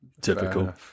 typical